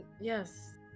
Yes